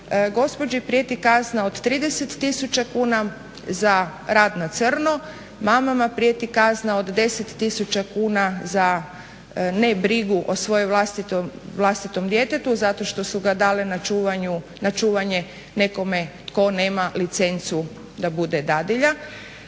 Gospođi prijeti kazna od 30 tisuća kuna za rad na crno, mamama prijeti kazna od 10 tisuća kuna za nebrigu o svom vlastitom djetetu zato što su ga dale na čuvanje nekome tko nema licencu da bude dadilja.